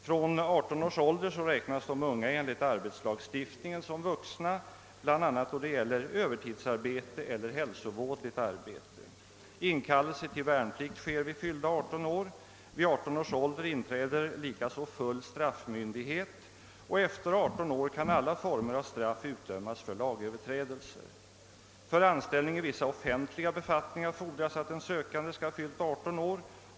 Från 18 års ålder räknas de unga enligt arbetslagstiftningen som vuxna, bl.a. då det gäller övertidsarbete och hälsovådligt arbete. Inkallelse till värnplikt sker vid fyllda 18 år. Vid 18 års ålder inträder likaså full straffmyndighet, och efter 18 år kan alla former av straff utdömas för lagöverträdelser. För anställning i vissa offentliga befattningar fordras att den sökande skall ha fyllt 18 år.